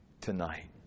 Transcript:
tonight